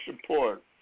support